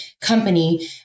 company